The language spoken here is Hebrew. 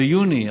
ביוני,